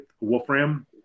Wolfram